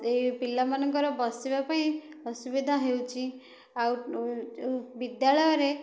ଏଇ ପିଲା ମାନଙ୍କର ବସିବା ପାଇଁ ଅସୁବିଧା ହେଉଛି ଆଉ ବିଦ୍ୟାଳୟରେ